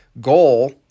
goal